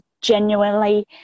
genuinely